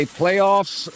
playoffs